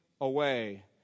away